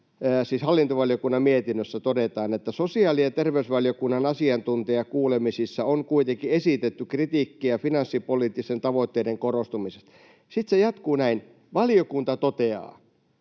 hallintovaliokunnan mietinnössä todetaan: ”Sosiaali- ja terveysvaliokunnan asiantuntijakuulemisissa on kuitenkin esitetty kritiikkiä finanssipoliittisten tavoitteiden korostumisesta.” Sitten se jatkuu, että ”valiokunta toteaa”.